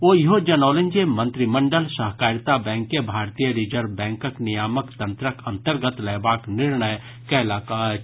ओ ईहो जनौलनि जे मंत्रिमंडल सहकारिता बैंक के भारतीय रिजर्व बैंकक नियामक तंत्रक अंतर्गत लयबाक निर्णय कयलक अछि